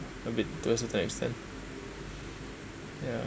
a bit to a certain extent ya